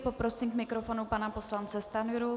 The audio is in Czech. Poprosím k mikrofonu pana poslance Stanjuru.